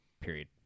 period